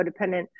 codependent